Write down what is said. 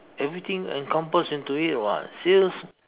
everything encompass into it [what] sales